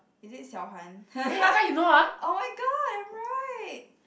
is it xiao-han oh-my-god I'm right